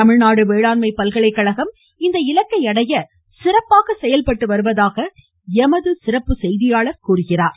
தமிழ்நாடு வேளாண்மை பல்கலைக்கழகம் அந்த இலக்கை அடைய சிறப்பாக செயல்பட்டு வருவதாக எமது சிறப்பு செய்தியாளர் கூறுகிறார்